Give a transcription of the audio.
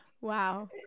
Wow